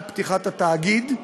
על פתיחת התאגיד,